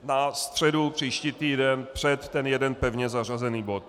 Na středu, příští týden, před ten jeden pevně zařazený bod.